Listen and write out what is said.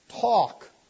talk